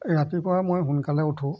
ৰাতিপুৱা মই সোনকালে উঠোঁ